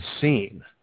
seen